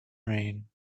rain